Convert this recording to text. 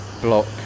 block